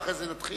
ואחרי זה נתחיל